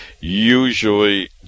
usually